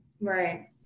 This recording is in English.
right